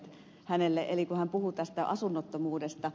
eli kun hän puhui tästä asunnottomuudesta